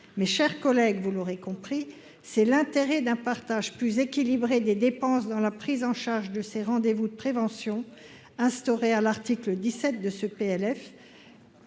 mes chers collègues, vous l'aurez compris c'est l'intérêt d'un partage plus équilibré des dépenses dans la prise en charge de ces rendez-vous de prévention instaurée à l'article 17 de ce PLF